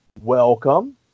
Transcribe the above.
welcome